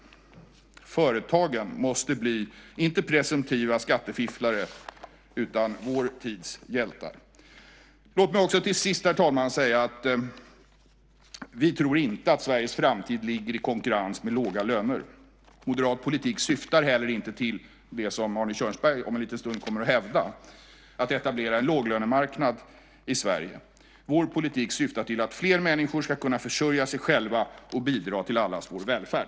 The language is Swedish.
Företagen måste bli inte presumtiva skattefifflare utan vår tids hjältar. Låt mig till sist säga, herr talman, att vi inte tror att Sveriges framtid ligger i konkurrens med låga löner. Moderat politik syftar heller inte till, som Arne Kjörnsberg om en liten stund kommer att hävda, att etablera en låglönemarknad i Sverige. Vår politik syftar till att fler människor ska kunna försörja sig själva och bidra till allas vår välfärd.